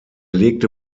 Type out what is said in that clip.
legte